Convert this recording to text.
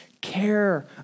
care